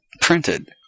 printed